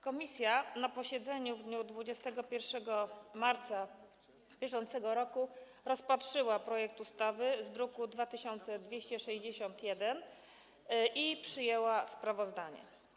Komisja na posiedzeniu w dniu 21 marca br. rozpatrzyła projekt ustawy z druku nr 2261 i przyjęła sprawozdanie.